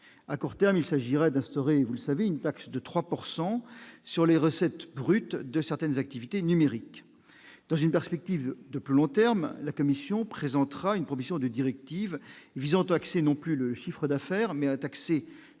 à court terme, il s'agirait d'instaurer, vous le savez, une taxe de 3 pourcent sur les recettes brutes de certaines activités numériques dans une perspective de plus long terme, la Commission présentera une proposition de directive visant Wax non plus, le chiffre d'affaires mais à taxer